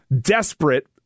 desperate